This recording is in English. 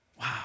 Wow